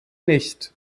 nicht